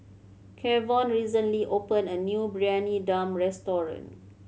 Kevon recently opened a new Briyani Dum restaurant